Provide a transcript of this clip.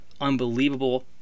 unbelievable